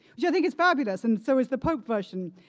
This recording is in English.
yeah think is fabulous and so is the pope version.